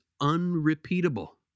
unrepeatable